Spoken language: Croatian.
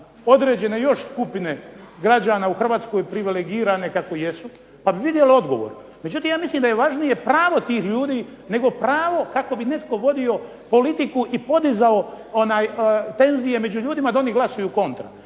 određene još skupine građana u Hrvatskoj privilegirane kakve jesu, pa bi vidjeli odgovor. Međutim, ja mislim da je važnije pravo tih ljudi nego pravo kako bi netko vodio politiku i podizao tenzije među ljudima da oni glasuju kontra.